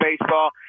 baseball